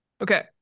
Okay